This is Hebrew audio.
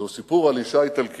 זהו סיפור על אשה איטלקייה